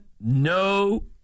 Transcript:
no